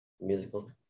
Musical